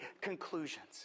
conclusions